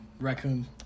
raccoon